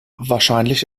wahrscheinlich